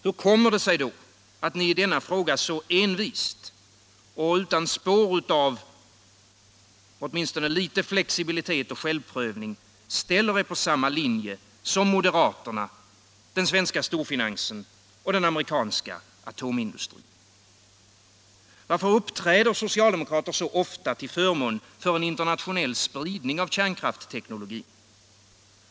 Hur kommer det sig då att ni i denna fråga så envist och utan varje spår av flexibilitet och självprövning ställer er på samma linje som moderaterna, den svenska storfinansen och den amerikanska atomindustrin? Varför uppträder socialdemokrater så ofta till förmån för en internationell spridning av kärnkraftsteknologin?